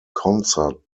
concert